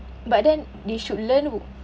but then they should learn